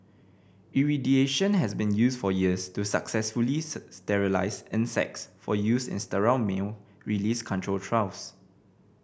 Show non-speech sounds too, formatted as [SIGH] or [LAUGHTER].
irradiation has been used for years to successfully [UNINTELLIGIBLE] sterilise insects for use in sterile male release control trials